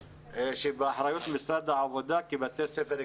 שבאחריות משרד העבודה כבתי ספר אקסטרניים.